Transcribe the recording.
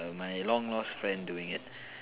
my long lost friend doing it